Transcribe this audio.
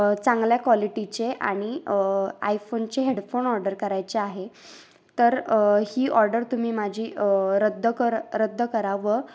चांगल्या क्वालिटीचे आणि आयफोनचे हेडफोन ऑर्डर करायचे आहे तर ही ऑर्डर तुम्ही माझी रद्द कर रद्द करा